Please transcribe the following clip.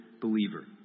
believer